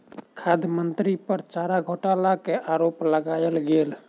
खाद्य मंत्री पर चारा घोटाला के आरोप लगायल गेल